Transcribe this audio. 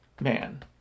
man